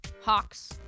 Hawks